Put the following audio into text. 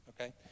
Okay